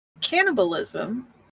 cannibalism